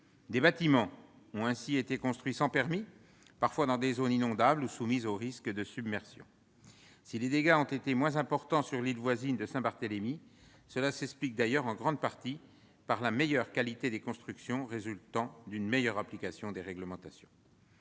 des bâtiments avaient ainsi été construits sans permis, parfois dans des zones inondables ou soumises aux risques de submersion. D'ailleurs, si les dégâts ont été moins importants sur l'île voisine de Saint-Barthélemy, cela s'explique en grande partie par la meilleure qualité des constructions, résultat d'une meilleure application des réglementations.